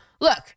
look